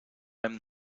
hem